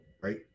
right